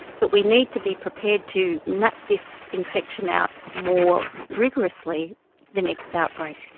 but we need to be prepared to map this infection out more rigorously the next outbreak.